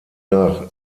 nach